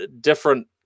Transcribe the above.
different